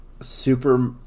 super